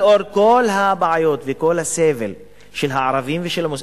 לנוכח כל הבעיות וכל הסבל של הערבים ושל המוסלמים,